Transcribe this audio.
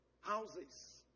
Houses